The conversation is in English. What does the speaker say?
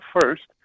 first